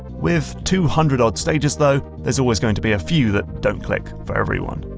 with two hundred odd stages, though, there's always going to be a few that don't click for everyone.